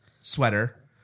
sweater